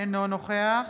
אינו נוכח